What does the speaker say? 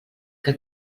que